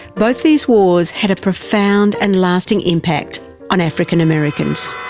both these wars had a profound and lasting impact on african americans.